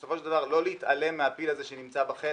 בסופו של דבר, אסור להתעלם מהפיל הזה שנמצא בחדר,